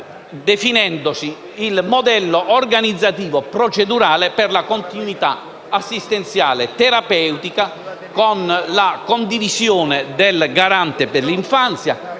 definendo il modello organizzativo e procedurale per la continuità assistenziale terapeutica, con la condivisione dell'Autorità garante per l'infanzia